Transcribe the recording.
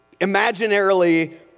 imaginarily